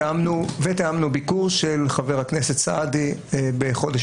ותיאמנו ביקור של חבר הכנסת סעדי בחודש